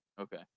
Okay